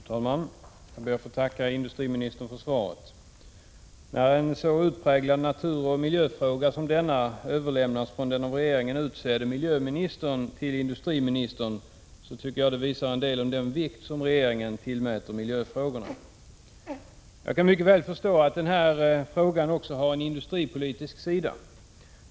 Fru talman! Jag ber att få tacka industriministern för svaret. När en så utpräglad naturoch miljöfråga som denna överlämnas från den av regeringen utsedda miljöministern till industriministern tycker jag att det visar en del av den vikt som regeringen tillmäter miljöfrågorna. Jag kan mycket väl förstå att denna fråga också har en industripolitisk sida.